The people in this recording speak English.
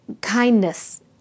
kindness